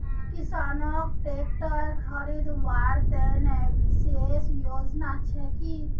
किसानोक ट्रेक्टर खरीदवार तने विशेष योजना छे कि?